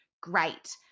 great